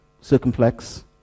circumflex